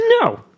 No